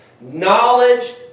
Knowledge